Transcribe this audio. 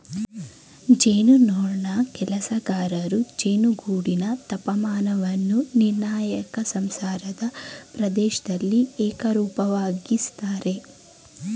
ಜೇನುನೊಣ ಕೆಲಸಗಾರರು ಜೇನುಗೂಡಿನ ತಾಪಮಾನವನ್ನು ನಿರ್ಣಾಯಕ ಸಂಸಾರದ ಪ್ರದೇಶ್ದಲ್ಲಿ ಏಕರೂಪವಾಗಿಸ್ತರೆ